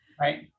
Right